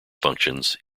functions